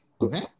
Okay